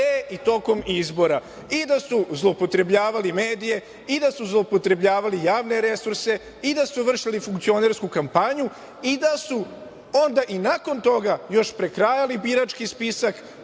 i tokom izbora i da su zloupotrebljavali medije, i da su zloupotrebljavali javne resurse, i da su vršili funkcionersku kampanju i da su onda i nakon toga još prekrajali birački spisak,